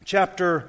Chapter